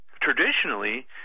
traditionally